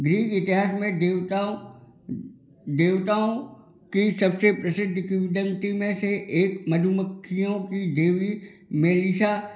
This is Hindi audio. ग्रीक इतिहास में देवताओं के सबसे प्रसिद्ध में से एक मधुमक्खियों की देवी मेरिशा